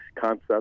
concept